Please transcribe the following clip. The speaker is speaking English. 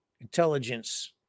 intelligence